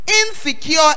insecure